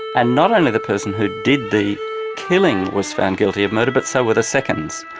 and not only the person who did the killing was found guilty of murder, but so were the seconds.